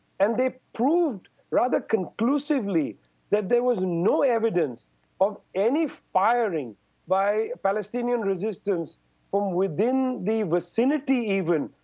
and they proved rather conclusively that there was no evidence of any firing by palestinian resistance from within the vicinity, even,